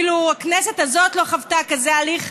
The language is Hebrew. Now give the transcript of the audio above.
אפילו הכנסת הזאת לא חוותה כזה הליך